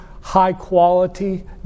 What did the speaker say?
high-quality